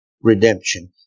redemption